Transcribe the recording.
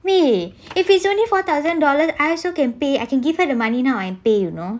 b~ if it's only four thousand dollar the I also can pay I can give her the money now and pay you know